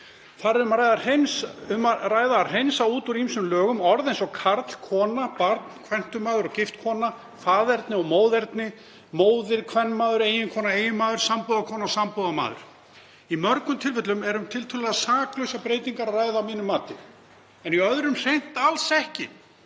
Þar er um að ræða að hreinsa út úr ýmsum lögum orð eins og karl, kona, barn, kvæntur maður og gift kona, faðerni og móðerni, móðir, kvenmaður, eiginkona, eiginmaður, sambúðarkona og sambúðarmaður. Í mörgum tilfellum er um tiltölulega saklausar breytingar að ræða að mínu mati, en í öðrum tilfellum hreint alls ekki.